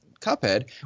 Cuphead